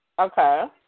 Okay